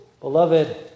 Beloved